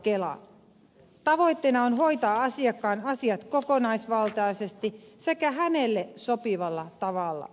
tavoitteena on hoitaa asiakkaan asiat kokonaisvaltaisesti sekä hänelle sopivalla tavalla